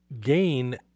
gain